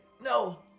no